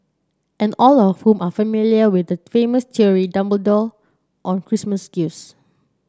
and all of whom are familiar with the famous theory Dumbledore on Christmas gifts